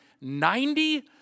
Ninety